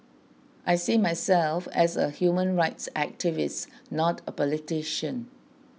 I see myself as a human rights activist not a politician